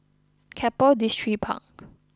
Keppel Distripark